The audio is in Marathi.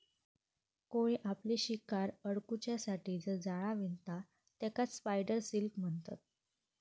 कोळी आपली शिकार अडकुच्यासाठी जा जाळा विणता तेकाच स्पायडर सिल्क म्हणतत